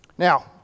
Now